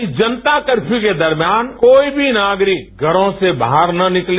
इस जनता कर्फ़यू के दर्मियान कोई भी नागरिक घरों से बाहर ना निकले